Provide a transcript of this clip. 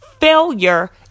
Failure